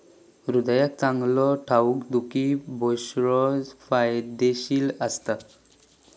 हृदयाक चांगलो ठेऊक दुधी भोपळो फायदेशीर असता